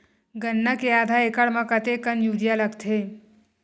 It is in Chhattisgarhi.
गन्ना के आधा एकड़ म कतेकन यूरिया लगथे?